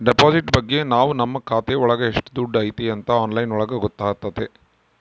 deposit ಬಗ್ಗೆ ನಾವ್ ನಮ್ ಖಾತೆ ಒಳಗ ಎಷ್ಟ್ ದುಡ್ಡು ಐತಿ ಅಂತ ಆನ್ಲೈನ್ ಒಳಗ ಗೊತ್ತಾತತೆ